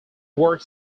work